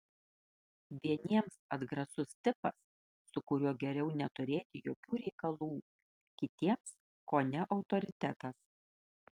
vieniems atgrasus tipas su kuriuo geriau neturėti jokių reikalų kitiems kone autoritetas